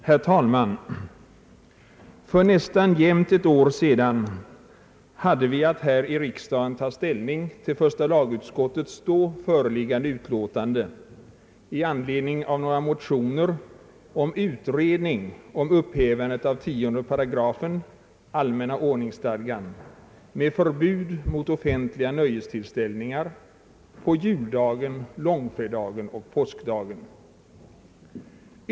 Herr talman! För nästan jämnt ett år sedan hade vi här i riksdagen att ta ställning tiil första lagutskottets då föreliggande utlåtande i anledning av några motioner om utredning om upphävande av 10 § allmänna ordningsstadgan med förbud mot offentliga nöjestillställningar på juldagen, långfredagen och påskdagen.